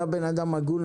אתה בן אדם הגון,